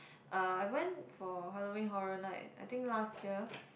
I went for Halloween Horror Night I think last year